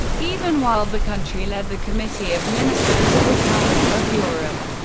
even while the country led the committee of ministers of the council of europe.